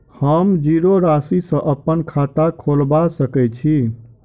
हम जीरो राशि सँ अप्पन खाता खोलबा सकै छी?